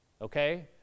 Okay